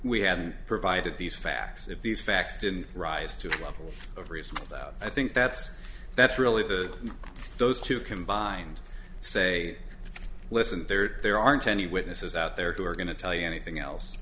we hadn't provided these facts if these facts didn't rise to the level of reasonable doubt i think that's that's really the those two combined say listen there there aren't any witnesses out there who are going to tell you anything else